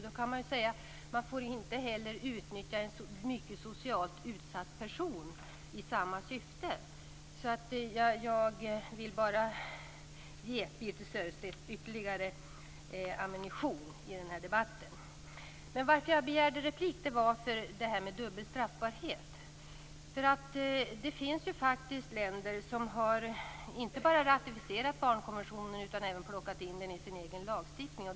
Då kan vi säga: Man får inte heller utnyttja en mycket socialt utsatt person i samma syfte. Jag vill bara ge Birthe Sörestedt ytterligare ammunition i den debatten. Men att jag begärde replik var för att ta upp det här med dubbel straffbarhet. Det finns ju faktiskt länder som inte bara har ratificerat barnkonventionen utan även plockat in den i sin egen lagstiftning.